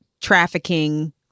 trafficking